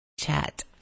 chat